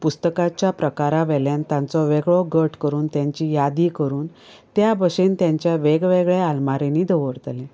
पुस्तकांच्या प्रकारावयल्यान तांचो वेगळो गट करून तेंची यादी करून त्या बशेन तांचे वेगवेगळ्या आलमारिनीं दवरतलें